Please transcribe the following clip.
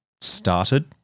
started